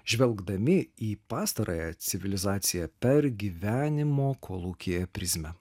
žvelgdami į pastarąją civilizaciją per gyvenimo kolūkyje prizmę